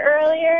earlier